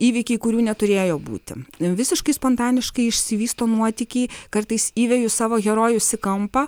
įvykiai kurių neturėjo būti visiškai spontaniškai išsivysto nuotykiai kartais įveju savo herojus į kampą